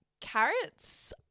Carrots